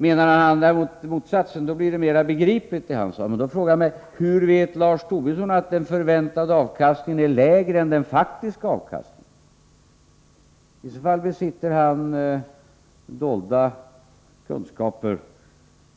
Menar han däremot motsatsen blir det mer begripligt, men då frågar jag mig: Hur vet Lars Tobisson att den förväntade avkastningen är lägre än den faktiska avkastningen? I så fall besitter han kunskaper